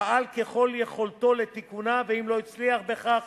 פעל ככל יכולתו לתיקונה, ואם לא הצליח בכך